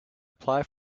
apply